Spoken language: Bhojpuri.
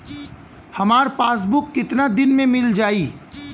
हमार पासबुक कितना दिन में मील जाई?